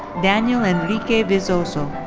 daniel enrique vizoso.